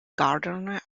gardener